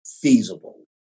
feasible